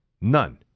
None